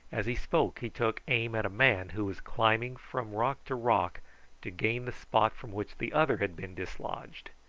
as he spoke he took aim at a man who was climbing from rock to rock to gain the spot from which the other had been dislodged.